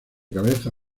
cabeza